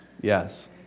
Yes